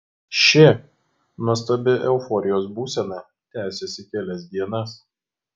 ši nuostabi euforijos būsena tęsėsi kelias dienas